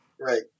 Right